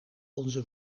onze